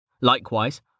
Likewise